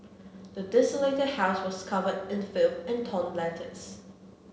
the desolated house was covered in filth and torn letters